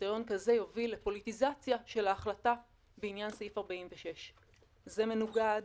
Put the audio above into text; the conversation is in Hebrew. שקריטריון כזה יוביל לפוליטיזציה של ההחלטה בעניין סעיף 46. זה מנוגד